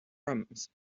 crumbs